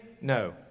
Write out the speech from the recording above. no